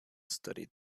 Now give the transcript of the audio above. studied